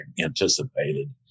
anticipated